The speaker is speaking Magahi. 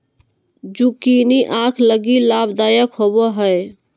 जुकिनी आंख लगी लाभदायक होबो हइ